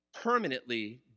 permanently